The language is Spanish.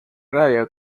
radio